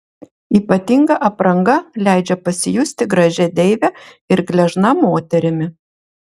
ypatinga apranga leidžia pasijusti gražia deive ir gležna moterimi